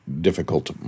difficult